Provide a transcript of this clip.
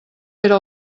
era